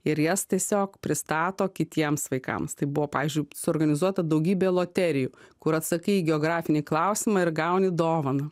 ir jas tiesiog pristato kitiems vaikams tai buvo pavyzdžiui suorganizuota daugybė loterijų kur atsakei į geografinį klausimą ir gauni dovaną